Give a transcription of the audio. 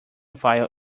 file